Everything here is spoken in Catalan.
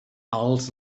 alts